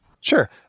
Sure